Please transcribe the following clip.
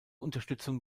unterstützung